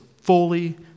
fully